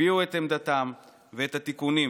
הביעו את עמדתם ואת התיקונים